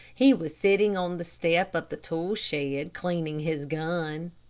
he was sitting on the step of the tool shed cleaning his gun.